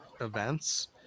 events